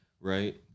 right